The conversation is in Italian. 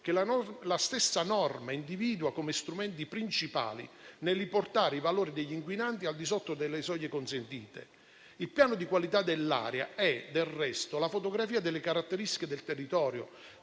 che la stessa norma individua come strumenti principali nel riportare i valori degli inquinanti al di sotto delle soglie consentite. Il piano di qualità dell'aria è, del resto, la fotografia delle caratteristiche del territorio,